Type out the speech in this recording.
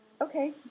Okay